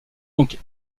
donc